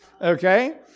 Okay